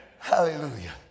Hallelujah